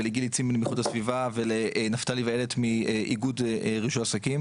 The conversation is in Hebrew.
לגילי צימנד מאיכות הסביבה ולנפתלי ואיילת מאיגוד רישוי עסקים.